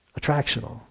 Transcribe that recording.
attractional